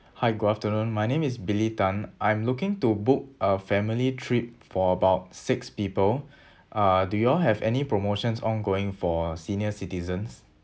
hi good afternoon my name is billy tan I'm looking to book a family trip for about six people uh do you'll have any promotions ongoing for senior citizens